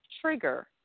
trigger